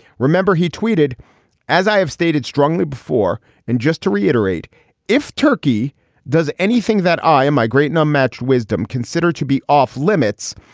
remember he tweeted as i have stated strongly before and just to reiterate if turkey does anything that i am i great no um match wisdom consider to be off limits.